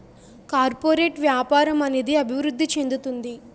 corporate వ్యాపారం అనేది అభివృద్ధి చెందుతుంది